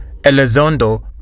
elizondo